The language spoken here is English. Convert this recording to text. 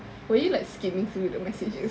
were you like skimming through the messages